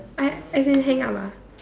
I as in hang up ah